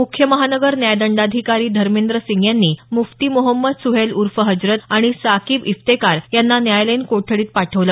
मुख्य महानगर न्यायदंडाधिकारी धर्मेंद्र सिंग यांनी मुफ्ती मोहम्मद सुहैल उर्फ हजरत आणि साकीब इफ्तेकार यांना न्यायालयीन कोठडीत पाठवलं